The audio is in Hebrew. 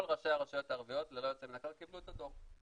כל ראשי הרשויות הערביות ללא יוצא מן הכלל קיבלו את הדוח,